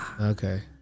Okay